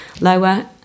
lower